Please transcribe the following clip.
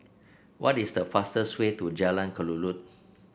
what is the fastest way to Jalan Kelulut